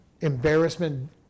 embarrassment